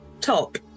top